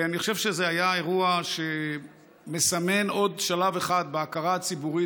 אני חושב שזה היה אירוע שמסמן עוד שלב אחד בהכרה הציבורית